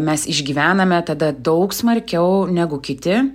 mes išgyvename tada daug smarkiau negu kiti